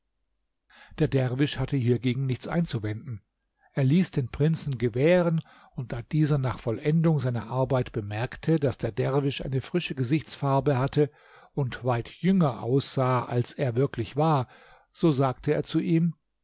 der derwisch hatte hiergegen nichts einzuwenden er ließ den prinzen gewähren und da dieser nach vollendung seiner arbeit bemerkte daß der derwisch eine frische gesichtsfarbe hatte und weit jünger aussah als er wirklich war so sagte er zu ihm